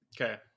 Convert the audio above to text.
Okay